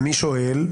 אני שואל: